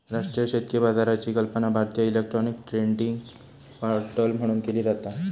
राष्ट्रीय शेतकी बाजाराची कल्पना भारतीय इलेक्ट्रॉनिक ट्रेडिंग पोर्टल म्हणून केली जाता